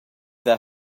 dar